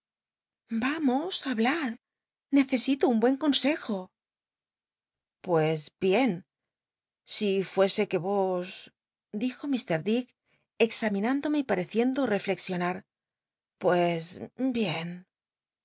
vamos hablad necesito un buen consejo pues bien si fuese que vos dijo m dick examinándome y pareciendo rellexionar pues bien